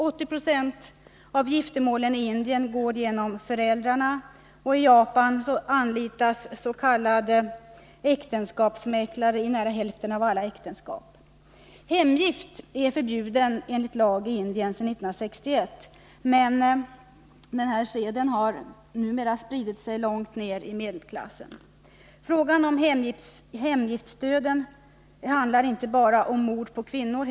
80 26 av giftermålen i Indien går genom föräldrarna och i Japan anlitas s.k. äktenskapsmäklare i nära hälften av alla äktenskap. Hemgift är förbjuden enligt lag i Indien sedan 1961, men seden har numera spridit sig långt ner i medelklassen. Frågan om ”hemgiftsdöden” handlar inte bara om mord på kvinnor.